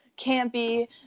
campy